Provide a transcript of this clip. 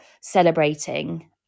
celebrating